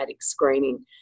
screening